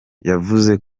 yavuze